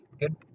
good